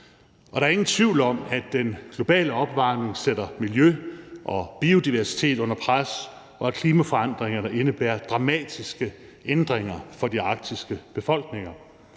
os. Der er ingen tvivl om, at den globale opvarmning sætter miljøet og biodiversiteten under pres, og at klimaforandringerne indebærer dramatiske ændringer for de arktiske befolkninger.